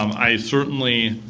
um i certainly